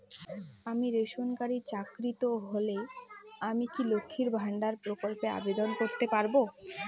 আমি বেসরকারি চাকরিরত হলে আমি কি লক্ষীর ভান্ডার প্রকল্পে আবেদন করতে পারব?